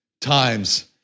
times